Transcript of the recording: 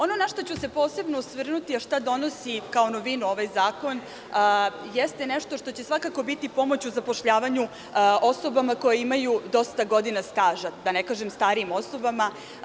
Ono na šta ću se posebno osvrnuti, a što donosi kao novinu ovaj zakon, jeste nešto što će svakako biti pomoć u zapošljavanju osobama koje imaju dosta godina staža, da ne kažem starijim osobama.